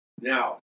Now